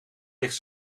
ligt